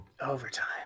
Overtime